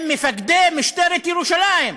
עם מפקדי משטרת ירושלים.